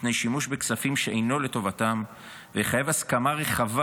מפני שימוש בכספים שאינו לטובתם והוא יחייב הסכמה רחבה